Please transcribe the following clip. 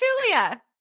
Julia